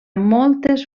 moltes